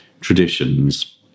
traditions